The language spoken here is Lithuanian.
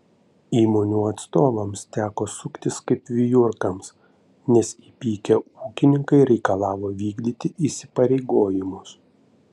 įmonių atstovams teko suktis kaip vijurkams nes įpykę ūkininkai reikalavo vykdyti įsipareigojimus